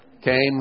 came